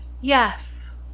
Yes